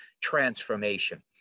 transformation